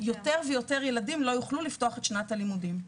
יותר ויותר ילדים לא יוכלו לפתוח את שנת הלימודים.